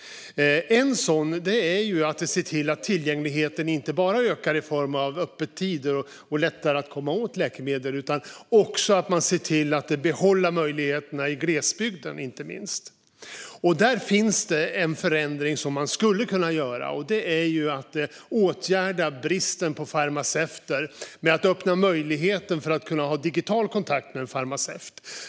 En sådan utmaning är att se till att tillgängligheten inte bara ökar i form av öppettider och att det är lättare att komma åt läkemedel, utan det ska också vara fråga om att behålla möjligheterna i glesbygden. Där finns en förändring som kan göras, nämligen att åtgärda bristen på farmaceuter med att öppna möjligheten till digital kontakt med en farmaceut.